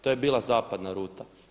To je bila zapadna ruta.